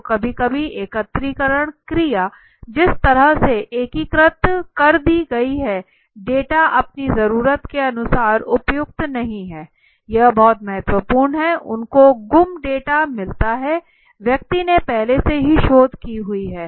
तो कभी कभी एकत्रीकरण प्रक्रिया जिस तरह से एकीकृत कर दी गई है डेटा अपनी जरूरत के अनुसार उपयुक्त नहीं हैं यह बहुत महत्वपूर्ण है उनको गुम डेटा मिलता हैं व्यक्ति ने पहले से ही शोध की हुई है